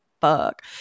fuck